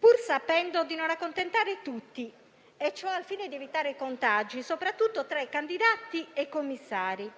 pur sapendo di non accontentare tutti. Ciò al fine di evitare i contagi soprattutto tra candidati e commissari.